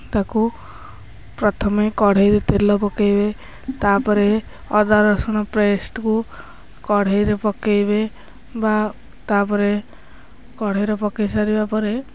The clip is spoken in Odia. ତାକୁ ପ୍ରଥମେ କଢ଼େଇରେ ତେଲ ପକାଇବେ ତା'ପରେ ଅଦା ରସୁଣ ପେଷ୍ଟ୍କୁ କଢ଼େଇରେ ପକାଇବେ ବା ତା'ପରେ କଢ଼େଇରେ ପକାଇ ସାରିବା ପରେ